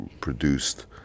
produced